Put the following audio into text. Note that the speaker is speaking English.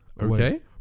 Okay